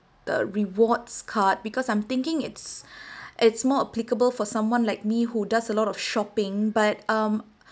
the rewards card because I'm thinking it's it's more applicable for someone like me who does a lot of shopping but mm